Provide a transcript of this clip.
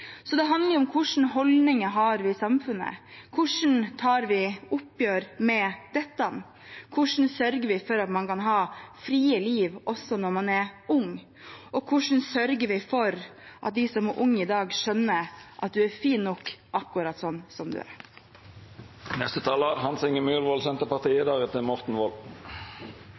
Det handler om hvilke holdninger vi har i samfunnet, hvordan vi tar et oppgjør med dette, og hvordan vi sørger for at man kan ha frie liv også når man er ung – og hvordan vi sørger for at de som er unge i dag, skjønner at de er fine nok akkurat som de er. Eg vil slutta meg til alt som